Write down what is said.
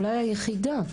אולי היחידה,